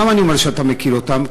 למה אני אומר שאתה מכיר אותן?